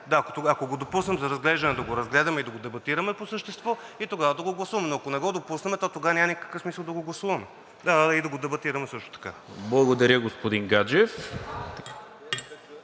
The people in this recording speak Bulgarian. Ако го допуснем за разглеждане, да го разгледаме и да го дебатираме по същество, и тогава да го гласуваме. Но ако не го допуснем, тогава няма никакъв смисъл да го гласуваме и да го дебатираме също така. ПРЕДСЕДАТЕЛ НИКОЛА